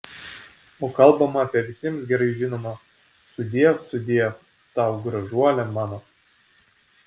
o kalbama apie visiems gerai žinomą sudiev sudiev tau gražuole mano